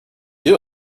you